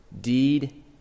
deed